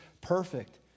perfect